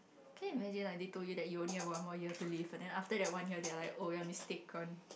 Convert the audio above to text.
can you imagine like they told you that you only have one more year to live but then after that one year they are like you're mistaken